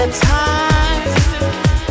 time